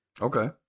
Okay